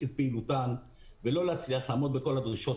את פעילותן ולא להצליח לעמוד בכל הדרישות.